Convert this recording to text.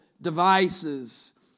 devices